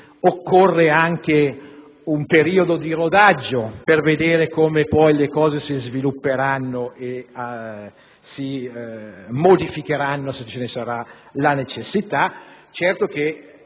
occorre anche un periodo di rodaggio per vedere come le situazioni si svilupperanno e si modificheranno, se ce ne sarà la necessità.